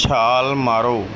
ਛਾਲ ਮਾਰੋ